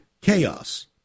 chaos